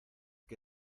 que